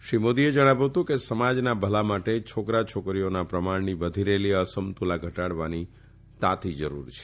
શ્રી મોદીએ જણાવ્યું હતું કે સમાજના ભલા માટે છોકરા છોકરીઓના પ્રમાણની વધી રહેલી અસમતુલા ઘટાડવાની તત્કાળ જરૂર છે